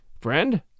Friend